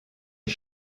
des